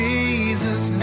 Jesus